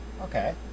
Okay